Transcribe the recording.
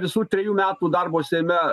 visų trejų metų darbo seime